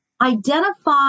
identify